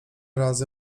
razy